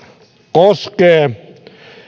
koskee